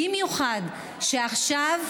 במיוחד שעכשיו,